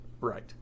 Right